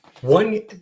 One